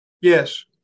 Yes